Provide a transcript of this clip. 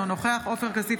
אינו נוכח עופר כסיף,